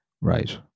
Right